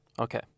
Okay